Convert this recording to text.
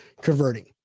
converting